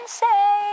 say